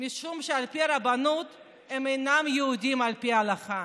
משום שעל פי הרבנות הם אינם יהודים על פי ההלכה.